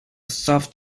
soft